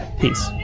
Peace